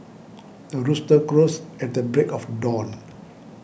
the rooster crows at the break of dawn